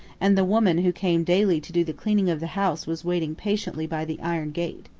and the woman who came daily to do the cleaning of the house was waiting patiently by the iron gate.